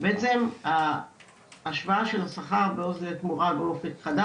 בעצם ההשוואה של השכר באופק חדש,